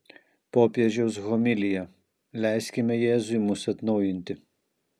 popiežiaus homilija leiskime jėzui mus atnaujinti